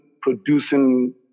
producing